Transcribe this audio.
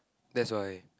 that's why